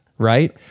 Right